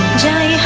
jury